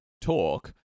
talk